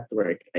work